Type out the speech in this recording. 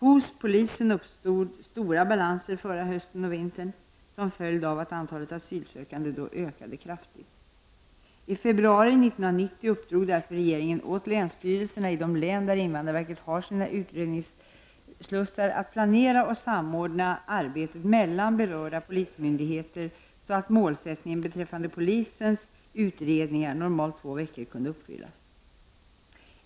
Hos polisen uppstod stora balanser förra hösten och vintern som en följd av att antalet asylsökande då ökade kraftigt. I februari 1990 uppdrog därför regeringen åt länsstyrelserna i de län där invandrarverket har sina utredningsslussar att planera och samordna arbetet mellan berörda polismyndigheter så att målsättningen beträffande polisens utredningar -- normalt två veckor -- kunde uppfyllas.